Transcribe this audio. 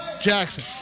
Jackson